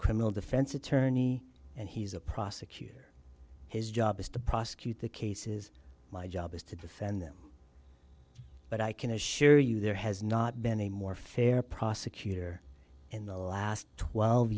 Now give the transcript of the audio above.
criminal defense attorney and he's a prosecutor his job is to prosecute the cases my job is to defend them but i can assure you there has not been a more fair prosecutor in the last twelve